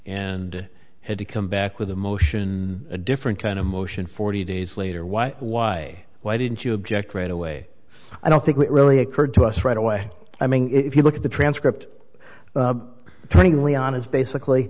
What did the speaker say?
and had to come back with a motion a different kind of motion forty days later why why why didn't you object right away i don't think it really occurred to us right away i mean if you look at the transcript trying leon is basically